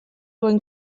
duen